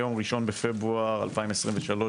היום 1 בפברואר 2023,